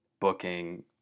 booking